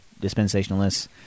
dispensationalists